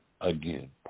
again